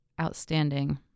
outstanding